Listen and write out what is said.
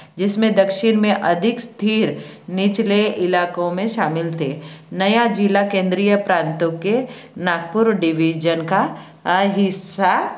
जिसमें दक्षिण में अधिक स्थिर निचले इलाकों में शामिल थे नया ज़िला केंद्रीय प्रांतों के नागपुर डिविज़न का हिस्सा